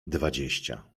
dwadzieścia